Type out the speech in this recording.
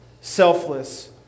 selfless